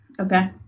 okay